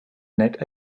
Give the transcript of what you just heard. net